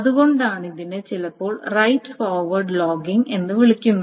അതുകൊണ്ടാണ് ഇതിനെ ചിലപ്പോൾ റൈറ്റ് ഫോർവേഡ് ലോഗിംഗ് എന്ന് വിളിക്കുന്നത്